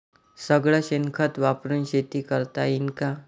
सगळं शेन खत वापरुन शेती करता येईन का?